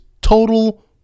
total